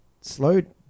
slowed